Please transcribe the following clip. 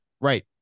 right